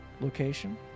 location